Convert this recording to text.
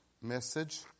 message